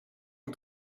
que